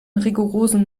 rigorosen